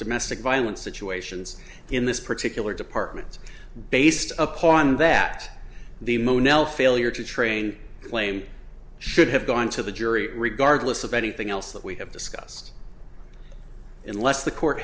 domestic violence situations in this particular department based upon that the emotional failure to train claim should have gone to the jury regardless of anything else that we have discussed in less the court